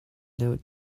deuh